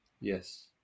Yes